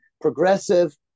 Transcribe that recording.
progressive